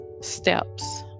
steps